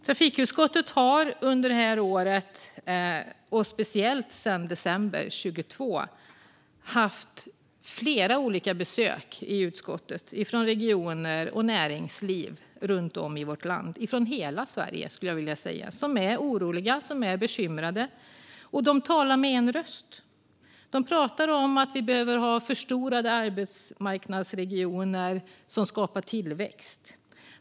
Trafikutskottet har under det här året och sedan december 2022 haft flera olika besök i utskottet från regioner och näringsliv runt om i vårt land - ifrån hela Sverige. De är oroliga och bekymrade, och de talar med en röst. De talar om att vi behöver ha förstorade arbetsmarknadsregioner som skapar tillväxt.